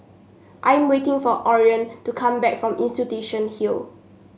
I'm waiting for Orion to come back from Institution Hill